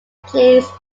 plains